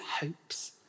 hopes